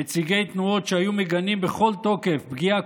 נציגי תנועות שהיו מגנים בכל תוקף פגיעה